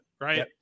right